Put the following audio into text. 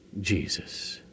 Jesus